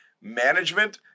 management